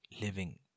living